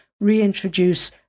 reintroduce